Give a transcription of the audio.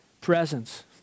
presence